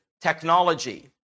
technology